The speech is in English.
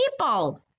people